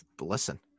listen